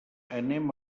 anem